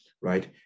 Right